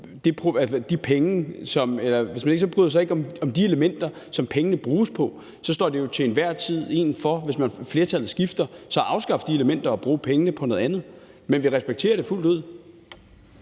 hvis man så ikke bryder sig om de elementer, som pengene bruges på, står det jo til enhver tid en frit for, hvis flertallet skifter, så at afskaffe de elementer og bruge pengene på noget andet. Men vi respekterer det fuldt ud.